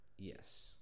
Yes